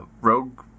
Rogue